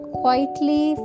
quietly